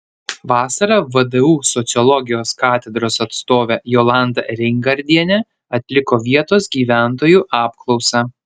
vasarą vdu sociologijos katedros atstovė jolanta reingardienė atliko vietos gyventojų apklausą